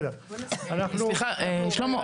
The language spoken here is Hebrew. שלמה,